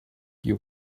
you